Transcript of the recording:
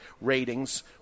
ratings